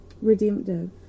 redemptive